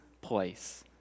place